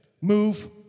move